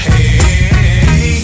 Hey